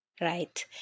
right